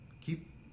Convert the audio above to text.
keep